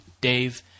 Dave